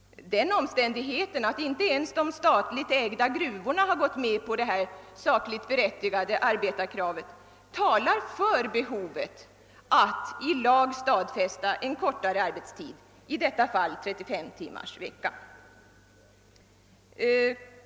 Den omständigheten att inte ens de statligt ägda gruvorna har gått med på detta sakligt berättigade ar betarkrav talar för behovet av att i lag stadfästa en kortare arbetstid, i detta fall 35 timmars arbetsvecka.